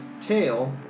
tail